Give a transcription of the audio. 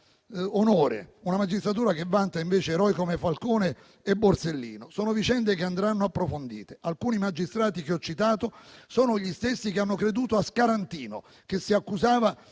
una magistratura che vanta invece eroi come Falcone e Borsellino. Sono vicende che andranno approfondite. Alcuni magistrati che ho citato sono gli stessi che hanno creduto a Scarantino, che si accusava